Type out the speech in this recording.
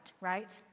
right